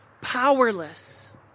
powerless